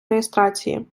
реєстрації